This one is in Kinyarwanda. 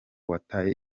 wataye